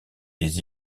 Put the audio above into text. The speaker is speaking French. des